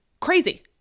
Crazy